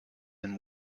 and